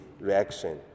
reaction